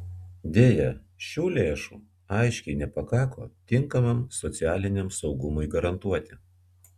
deja šių lėšų aiškiai nepakako tinkamam socialiniam saugumui garantuoti